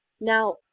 Now